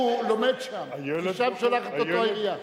הוא לומד שם, כי לשם שולחת אותו העירייה.